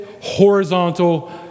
horizontal